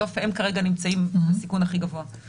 בסוף הם כרגע נמצאים בסיכון הכי גבוה.